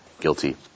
guilty